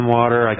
water